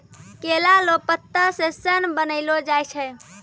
केला लो पत्ता से सन बनैलो जाय छै